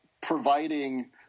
providing